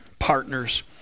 partners